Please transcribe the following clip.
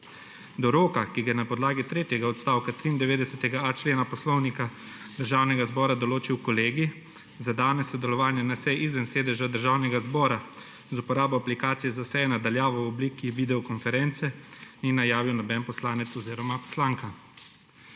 Do roka, ki ga je na podlagi tretjega odstavka 93.a člena Poslovnika Državnega zbora določil Kolegij, za danes sodelovanje na seji izven sedeža Državnega zbora z uporabo aplikacije za seje na daljavo v obliki videokonference ni najavil noben poslanec oziroma poslanka.